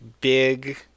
big